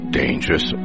dangerous